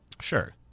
Sure